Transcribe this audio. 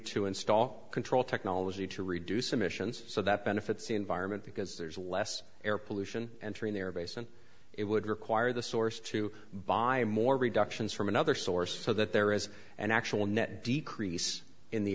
to install control technology to reduce emissions so that benefits the environment because there's less air pollution entering their base and it would require the source to buy more reductions from another source so that there is an actual net decrease in the